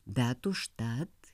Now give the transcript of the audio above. bet užtat